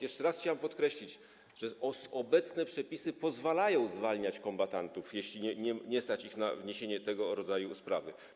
Jeszcze raz chciałem podkreślić, że obecne przepisy pozwalają zwalniać kombatantów, jeśli nie stać ich na wniesienie tego rodzaju sprawy.